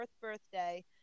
birthday